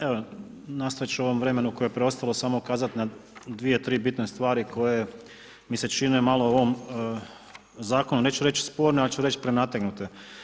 Evo, nastojat ću u ovom vremenu koje je preostalo samo kazat dvije, tri bitne stvari koje mi se čine malo u ovom zakonu, neću reći sporne, ali ću reći prenategnute.